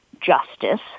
justice